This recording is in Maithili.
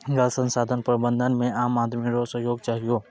जल संसाधन प्रबंधन मे आम आदमी रो सहयोग चहियो